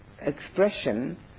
expression